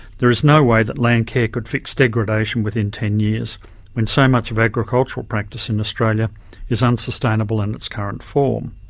there was no way that landcare could fix degradation within ten years when so much of agricultural practice in australia is unsustainable in its current form.